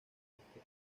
este